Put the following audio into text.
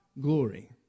glory